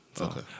Okay